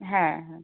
হ্যাঁ হ্যাঁ